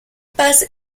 paz